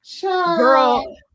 Girl